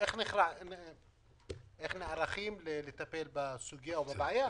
איך נערכים לטפל בבעיה?